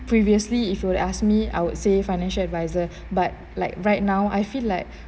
previously if you were ask me I would say financial advisor but like right now I feel like